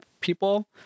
people